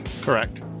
Correct